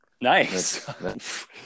nice